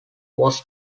was